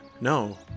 No